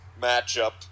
matchup